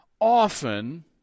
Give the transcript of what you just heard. often